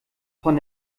von